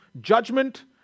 judgment